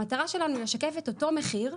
המטרה שלנו היא לשקף את אותו מחיר,